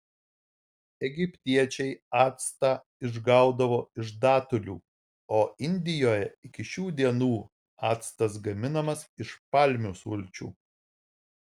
egiptiečiai actą išgaudavo iš datulių o indijoje iki šių dienų actas gaminamas iš palmių sulčių